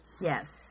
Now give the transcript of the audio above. Yes